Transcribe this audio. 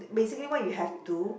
basically what you have to